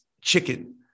chicken